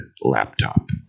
laptop